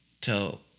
Tell